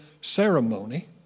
ceremony